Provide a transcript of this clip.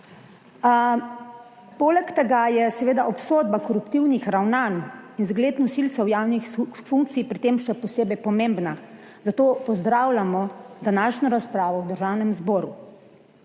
Poleg tega je seveda obsodba koruptivnih ravnanj in zgled nosilcev javnih funkcij pri tem še posebej pomembna, zato pozdravljamo današnjo razpravo v Državnem zboru.